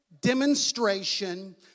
demonstration